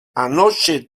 anoche